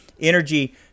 Energy